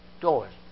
doors